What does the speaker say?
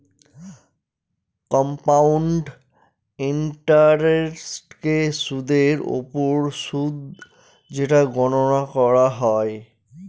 compound ইন্টারেস্টকে সুদের ওপর সুদ যেটা গণনা করা হয়